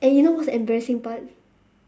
and you know what's the embarrassing part